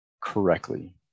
correctly